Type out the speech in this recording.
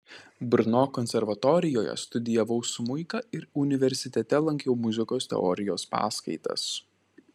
brno konservatorijoje studijavau smuiką ir universitete lankiau muzikos teorijos paskaitas